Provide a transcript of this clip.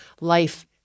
life